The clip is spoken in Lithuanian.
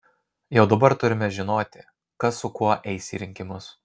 jau dabar turime žinoti kas su kuo eis į rinkimus